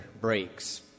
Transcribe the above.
breaks